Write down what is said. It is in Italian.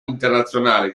internazionale